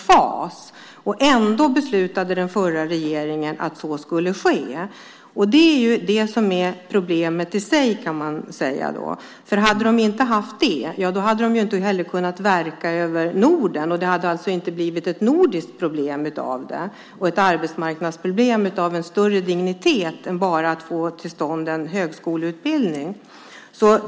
Ändå beslutade den förra regeringen att så skulle ske. Det är det som är problemet i sig, för om man inte hade haft legitimationsrätt hade man inte heller kunnat verka över Norden. Det hade alltså inte blivit ett nordiskt problem och ett arbetsmarknadsproblem av större dignitet om man bara hade fått till stånd en högskoleutbildning.